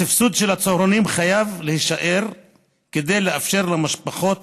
הסבסוד של הצהרונים חייב להישאר כדי לאפשר למשפחות